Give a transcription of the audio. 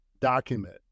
document